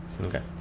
Okay